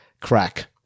crack